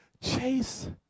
chase